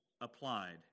applied